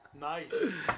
Nice